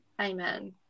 Amen